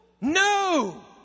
No